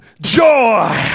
joy